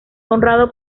honrado